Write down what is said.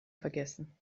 vergessen